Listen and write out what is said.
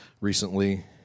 recently